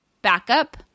backup